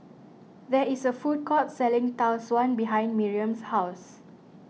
there is a food court selling Tau Suan behind Miriam's house